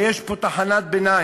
הרי יש פה תחנת ביניים.